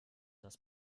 das